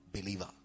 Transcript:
believer